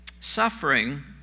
Suffering